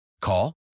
Call